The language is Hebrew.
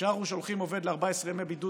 כשאנחנו שולחים עובד ל-14 ימי בידוד